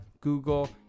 Google